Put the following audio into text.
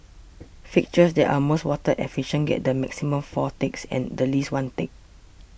fixtures that are most water efficient get the maximum four ticks and the least one tick